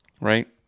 right